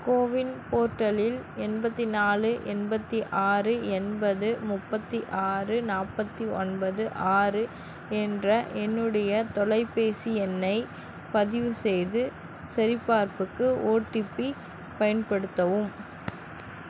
CoWIN போர்ட்டலில் எண்பத்து நாலு எண்பத்து ஆறு எண்பது முப்பத்து ஆறு நாற்பத்தி ஒன்பது ஆறு என்ற என்னுடைய தொலைபேசி எண்ணைப் பதிவு செய்து சரிபார்ப்புக்கு ஓடிபி பயன்படுத்தவும்